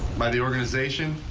by the organization,